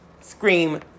Scream